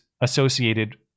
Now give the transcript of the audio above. associated